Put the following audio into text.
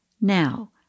Now